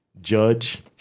Judge